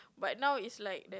but now it's like that